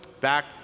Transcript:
back